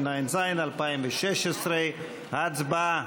התשע"ז 2016. ההצבעה